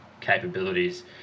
capabilities